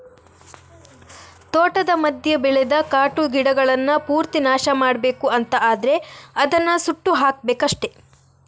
ತೋಟದ ಮಧ್ಯ ಬೆಳೆದ ಕಾಟು ಗಿಡಗಳನ್ನ ಪೂರ್ತಿ ನಾಶ ಮಾಡ್ಬೇಕು ಅಂತ ಆದ್ರೆ ಅದನ್ನ ಸುಟ್ಟು ಹಾಕ್ಬೇಕಷ್ಟೆ